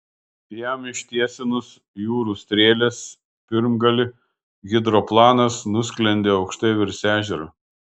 jam ištiesinus jūrų strėlės pirmgalį hidroplanas nusklendė aukštai virš ežero